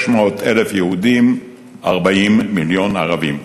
600,000 יהודים, 40 מיליון ערבים,